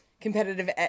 competitive